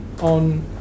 on